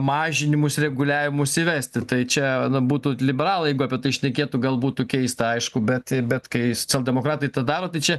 mažinimus reguliavimus įvesti tai čia būtų liberalai jeigu apie tai šnekėtų gal būtų keista aišku bet bet kai socialdemokratai tą daro tai čia